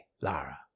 Lara